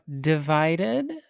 divided